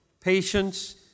patience